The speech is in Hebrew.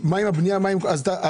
מה עם הבנייה עצמה?